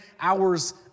hours